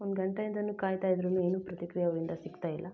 ಒಂದು ಗಂಟೆಯಿಂದನೂ ಕಾಯ್ತಾ ಇದ್ರು ಏನೂ ಪ್ರತಿಕ್ರಿಯೆ ಅವರಿಂದ ಸಿಗ್ತಾ ಇಲ್ಲ